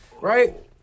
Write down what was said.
right